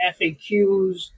faqs